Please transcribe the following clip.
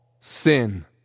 sin